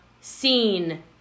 seen